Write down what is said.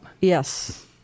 Yes